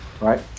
right